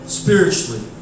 spiritually